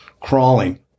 crawling